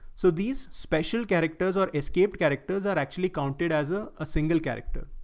so these special characters or escaped characters are actually counted as a ah single character.